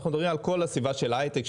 אנחנו מדברים על כל הסביבה של ההייטק,